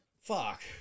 Fuck